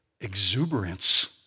exuberance